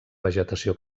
vegetació